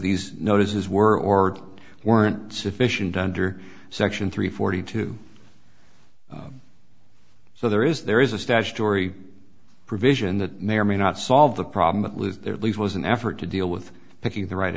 these notices were or weren't sufficient under section three forty two so there is there is a statutory provision that may or may not solve the problem but was there at least was an effort to deal with picking the right